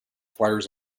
flyers